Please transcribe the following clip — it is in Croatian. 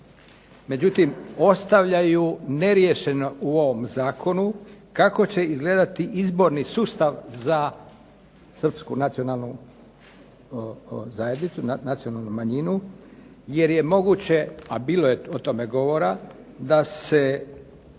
Međutim ostavljaju neriješeno u ovom zakonu kako će izgledati izborni sustav za srpsku nacionalnu zajednicu, nacionalnu manjinu, jer je moguće, a bilo je o tome govora da se izbor